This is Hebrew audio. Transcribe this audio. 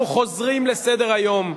אנחנו חוזרים לסדר-היום,